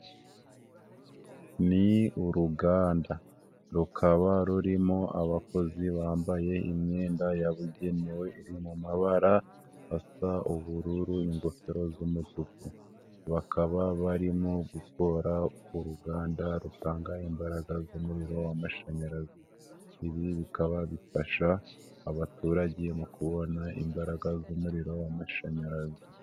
Ni uruganda, rukaba rurimo abakozi bambaye imyenda yabugenewe iri mu mabara asa ubururu ingofero z'umutuku. Bakaba barimo gukora ku ruganda rutanga imbaraga z'umuriro w'amashanyarazi. Ibi bikaba bifasha abaturage mu kubona imbaraga z'umuriro w'amashanyarazi.